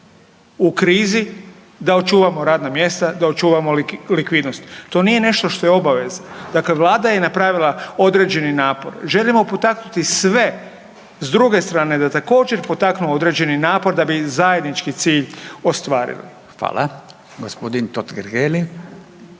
u krizi da očuvamo radna mjesta, da očuvamo likvidnost. To nije nešto što je obaveza. Dakle, Vlada je napravila određeni napor, želimo potaknuti sve s druge strane da također potaknu određeni napor da bi zajednički cilj ostvarili. **Radin, Furio